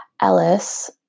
Ellis